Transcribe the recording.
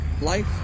life